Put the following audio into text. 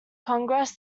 congress